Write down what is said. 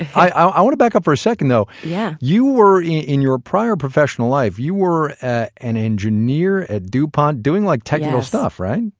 i want a backup for a second though. yeah you were, in your prior professional life, you were an engineer at dupont doing, like, technical stuff, right?